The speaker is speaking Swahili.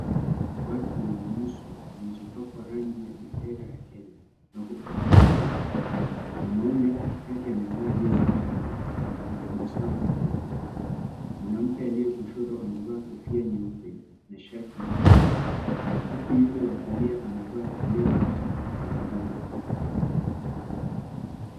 Watu wenye nyuso zilizopakwa rangi ya bendera ya Kenya wako kwenye tukio. Mwanaume katikati amevaa jezi ya raga akitabasamu kwa furaha. Mwanamke aliye kushoto amevaa kofia nyeupe na shati jekundu huku yule wa kulia amevaa kilemba cha kitamaduni.